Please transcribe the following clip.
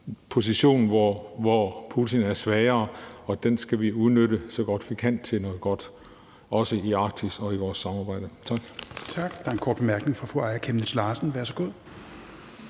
position, hvor Putin er svagere, og den skal vi udnytte, så godt vi kan, til noget godt – også i Arktis og i vores samarbejde. Tak.